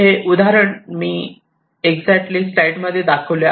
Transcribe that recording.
हे उदाहरण मी एक्झॅक्टली स्लाइडमध्ये दाखविले आहे